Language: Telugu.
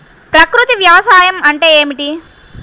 ప్రకృతి వ్యవసాయం అంటే ఏమిటి?